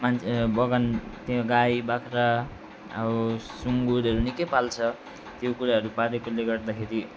मान बगान त्यो गाई बाख्रा अब सुँगुरहरू निकै पाल्छ त्यो कुराहरू पालेकोले गर्दाखेरि